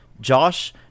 Josh